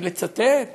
אם לצטט